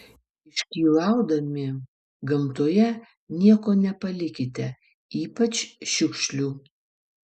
iškylaudami gamtoje nieko nepalikite ypač šiukšlių